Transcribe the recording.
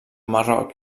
marroc